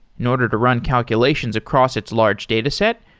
in order to run calculations across its large data set,